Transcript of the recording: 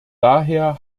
daher